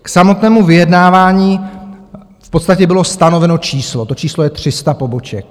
K samotnému vyjednávání v podstatě bylo stanoveno číslo, to číslo je 300 poboček.